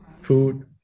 food